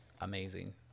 amazing